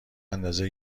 اندازه